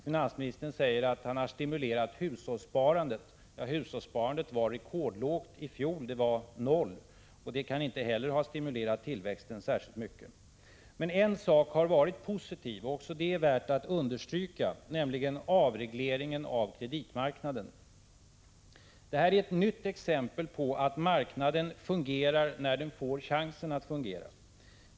Finansministern säger vidare att han har stimulerat hushållssparandet. Hushållssparandet var i fjol rekordlågt — det var 0. Det kan inte heller ha stimulerat tillväxten särskilt mycket. En sak har dock varit positiv och värd att understryka, nämligen avregleringen av kreditmarknaden. Därigenom har vi fått ett nytt exempel på att marknaden fungerar när den får chansen att göra det.